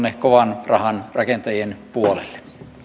kovanrahan rakentajien puolelle